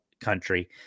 country